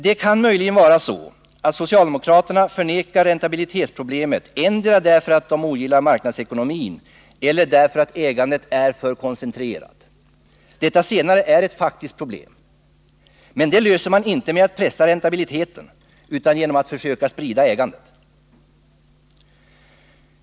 Det kan möjligen vara så att socialdemokraterna förnekar räntabilitetsproblemet, endera därför att de ogillar marknadsekonomin eller därför att ägandet är för koncentrerat. Detta senare är ett faktiskt problem. Men det löser man inte med att pressa räntabiliteten utan genom att försöka sprida ägandet.